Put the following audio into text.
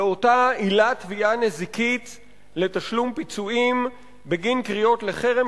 לאותה עילת תביעה נזיקית לתשלום פיצויים בגין קריאות לחרם